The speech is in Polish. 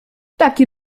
taki